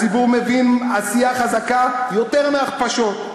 הציבור מבין עשייה חזקה יותר מהכפשות.